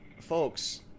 Folks